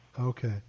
Okay